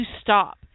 stop